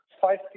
five